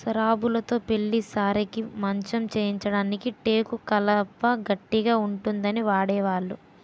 సరాబులుతో పెళ్లి సారెకి మంచం చేయించడానికి టేకు కలప గట్టిగా ఉంటుందని వాడేవాళ్లు